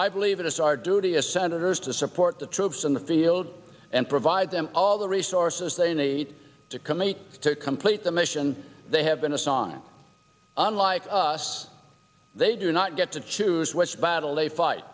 i believe it is our duty as senators to support the troops in the field and provide them all the resources they need to commit to complete the mission they have been a song unlike us they do not get to choose which battle